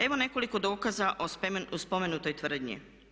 Evo nekoliko dokaza o spomenutoj tvrdnji.